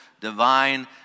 divine